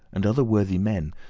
and other worthy men.